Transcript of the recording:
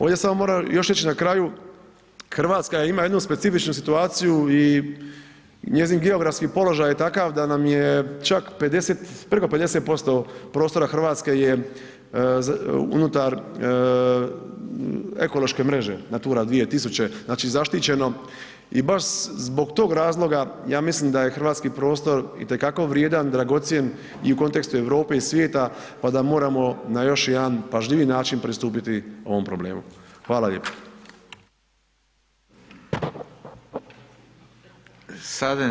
Ovdje samo moram još reći na kraju, Hrvatska ima jednu specifičnu situaciju i njezin geografski položaj je takav da nam je čak preko 50% prostora Hrvatske je unutar ekološke mreže Natura 2000, znači zaštićeno i baš zbog tog razloga, ja mislim da je hrvatski prostor itekako vrijedan, dragocjen i u kontekstu Europe i svijeta pa da moramo na još jedan pažljiviji način pristupiti ovom problemu, hvala lijepo.